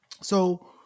So-